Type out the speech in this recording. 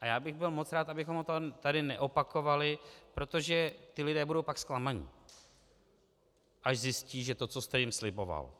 A já bych byl moc rád, abychom to tady neopakovali, protože ti lidé budou pak zklamaní, až zjistí, že to, co jste jim sliboval,